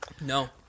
no